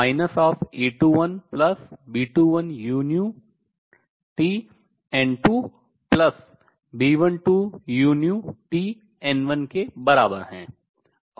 वह A21B21uTN2B12uTN1 के बराबर है